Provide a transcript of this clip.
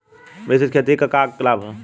मिश्रित खेती क का लाभ ह?